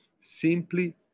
simply